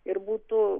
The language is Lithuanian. ir būtų